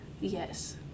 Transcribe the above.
Yes